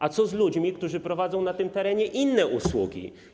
A co z ludźmi, którzy prowadzą na tym terenie inne usługi?